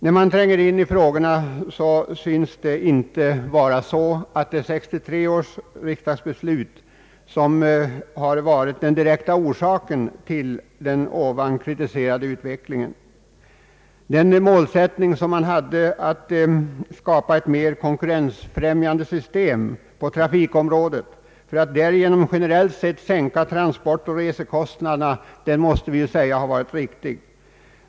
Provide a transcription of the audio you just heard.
När man studerar dessa frågor närmare förefaller det inte som om 1963 års riksdagsbeslut har varit den direkta orsaken till den här redovisade utvecklingen. Den målsättning man hade för att skapa ett mera konkurrensfrämjande system på trafikområdet för att därigenom generellt sänka transportoch resekostnader måste anses ha varit riktig.